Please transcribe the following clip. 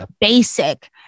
basic